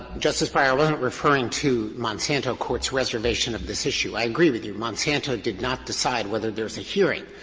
justice breyer, i'm not referring to monsanto court's reservation of this issue. i agree with you, monsanto did not decide whether there is a hearing.